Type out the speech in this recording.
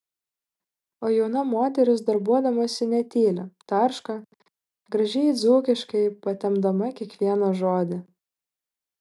o jauna moteris darbuodamasi netyli tarška gražiai dzūkiškai patempdama kiekvieną žodį